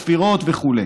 צפירות וכו'.